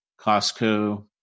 Costco